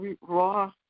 raw